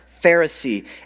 Pharisee